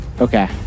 Okay